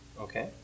Okay